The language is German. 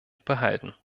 behalten